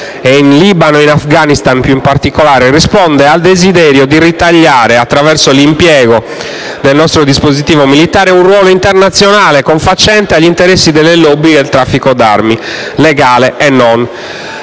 e in Libano e in Afghanistan in particolare, risponda al desiderio di ritagliare, attraverso l'impiego del nostro dispositivo militare, un ruolo internazionale confacente agli interessi delle *lobby* del traffico d'armi, legale e non,